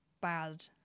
bad